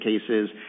cases